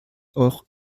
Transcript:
auch